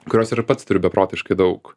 kurios ir pats turiu beprotiškai daug